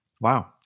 Wow